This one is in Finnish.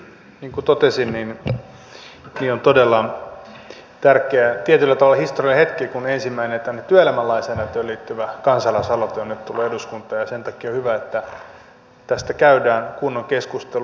niin kuin totesin on todella tärkeää ja tietyllä tavalla historiallinen hetki kun ensimmäinen työelämälainsäädäntöön liittyvä kansalaisaloite on nyt tullut eduskuntaan ja sen takia on hyvä että tästä käydään kunnon keskustelu